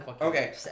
Okay